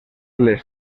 les